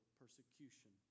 persecution